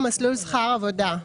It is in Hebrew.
"מסלול שכר עבודה"